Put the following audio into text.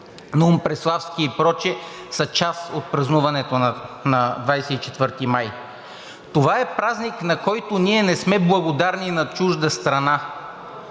Наум Преславски и прочие са част от празнуването на 24 май. Това е празник, на който ние не сме благодарни на чужда страна,